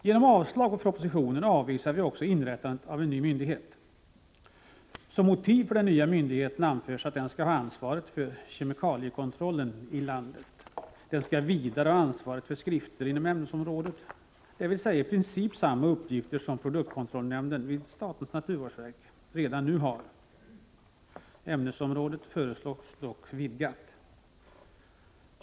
Genom avslag på propositionen avvisar vi också inrättandet av en ny myndighet. Som motiv för den nya myndigheten anförs att den skall ha ansvaret för kemikaliekontrollen i landet. Den skall vidare ha ansvaret för skrifter inom ämnesområdet, dvs. i princip samma uppgifter som produktkontrollnämnden vid statens naturvårdsverk redan nu har. Ämnesområdet föreslås dock vidgat.